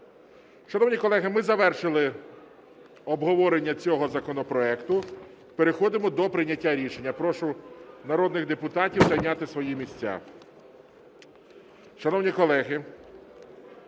Шановні колеги, ми завершили обговорення цього законопроекту. Переходимо до прийняття рішення. Прошу народних депутатів зайняти свої місця.